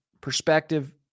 perspective